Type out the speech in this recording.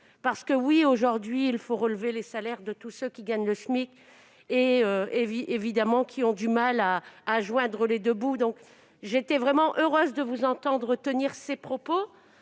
salaires. Oui, aujourd'hui, il faut relever les salaires de tous ceux qui, gagnant le SMIC, ont du mal à joindre les deux bouts ! J'étais vraiment heureuse de vous entendre tenir ces propos,